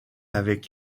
avec